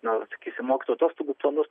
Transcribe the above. na sakysim mokytojų atostogų planus